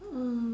mm